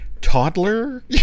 toddler